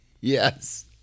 Yes